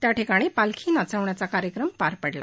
त्याठिकाणी पालखी नाचवण्याचा कार्यक्रम पार पडला